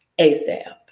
ASAP